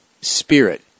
spirit